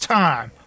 time